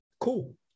Cool